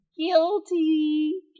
guilty